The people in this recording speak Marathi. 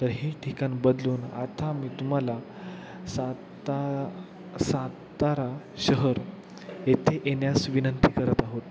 तर हे ठिकाण बदलून आता मी तुम्हाला सात सातारा शहर येथे येण्यास विनंती करत आहोत